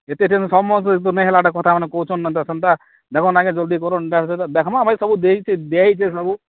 ଏତେ ଦିନ ନାଇଁ ହେଲାଟା କଥା ମାନ କହୁଛନ୍ ଏନ୍ତା ସେନ୍ତା ଦେଖନ୍ ଆଜ୍ଞା ଜଲ୍ଦି କରନ ତା' ସହିତ ଦେଖବା ଭାଇ ସବୁ ଦେଇଛେ ଦିଆ ହେଇଛେ ସବୁ